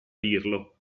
dirlo